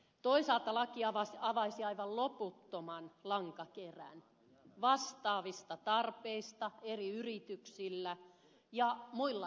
toisaalta laki avaisi aivan loputtoman lankakerän vastaavista tarpeista eri yrityksissä ja muillakin tahoilla